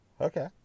okay